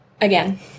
Again